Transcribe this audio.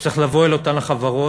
צריך לבוא אל אותן החברות,